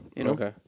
Okay